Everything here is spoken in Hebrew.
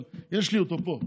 אבל יש לי אותו פה,